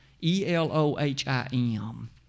E-L-O-H-I-M